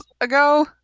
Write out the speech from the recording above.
ago